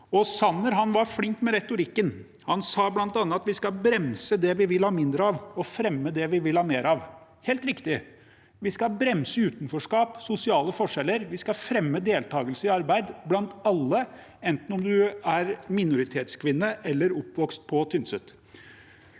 Sanner var flink med retorikken. Han sa bl.a. at vi skal bremse det vi vil ha mindre av, og fremme det vi vil ha mer av. Helt riktig: Vi skal bremse utenforskap og sosiale forskjeller. Vi skal fremme deltakelse i arbeid blant alle, enten du er minoritetskvinne eller oppvokst på Tynset.